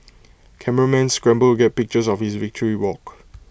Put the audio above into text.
cameramen scramble to get pictures of his victory walk